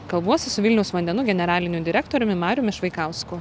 kalbuosi su vilniaus vandenų generaliniu direktoriumi mariumi švaikausku